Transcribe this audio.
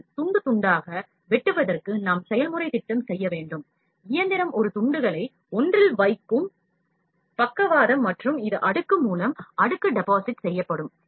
அதனால் துண்டு துண்டாக வெட்டுவதற்கு நாம் செயல்முறைத் திட்டம் செய்ய வேண்டும் இயந்திரம் ஒரு துண்டுகளை ஒன்றில் வைக்கும் பக்கவாதம் மற்றும் இது அடுக்கு மூலம் அடுக்கு டெபாசிட் செய்யப்படும்